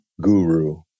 Guru